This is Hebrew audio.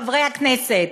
חברי הכנסת,